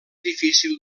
difícil